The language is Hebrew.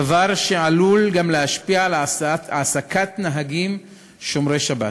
דבר שעלול גם להשפיע על העסקת נהגים שומרי שבת.